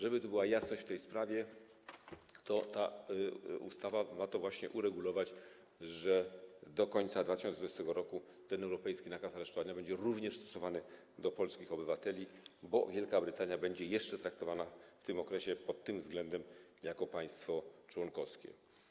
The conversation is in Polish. Żeby była jasność w tej sprawie, to ta ustawa ma to właśnie uregulować, że do końca 2020 r. europejski nakaz aresztowania będzie również stosowany do polskich obywateli, bo Wielka Brytania będzie jeszcze traktowana w tym okresie pod tym względem jako państwo członkowskie.